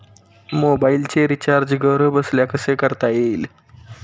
मोबाइलचे रिचार्ज घरबसल्या कसे करता येईल?